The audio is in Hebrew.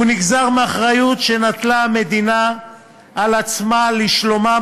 והוא נגזר מאחריות שנטלה המדינה על עצמה לשלומם